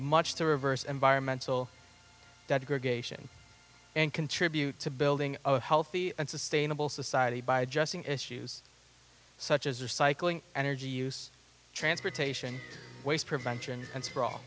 much to reverse environmentalists that gregg ation and contribute to building a healthy and sustainable society by adjusting issues such as recycling energy use transportation waste prevention and sprawl